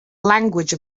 language